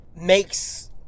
makes